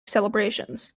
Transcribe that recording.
celebrations